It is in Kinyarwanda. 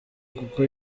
kuko